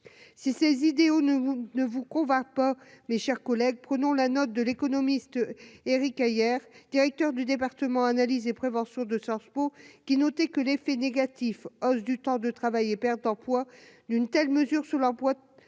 si ces idéaux, nous ne vous convainc pas mes chers collègues prenons la note de l'économiste Éric Heyer, directeur du département analyse et prévention de Sciences Po, qui notait que l'effet négatif : hausse du temps de travail et perte d'emploi d'une telle mesure sur l'emploi,